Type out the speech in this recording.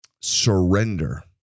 surrender